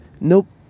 Nope